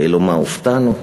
כאילו מה, הופתענו?